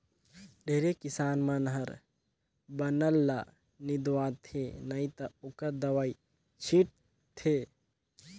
ढेरे किसान मन हर बन ल निंदवाथे नई त ओखर दवई छींट थे